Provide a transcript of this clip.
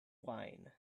wine